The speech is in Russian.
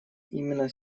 именно